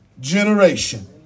generation